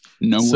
No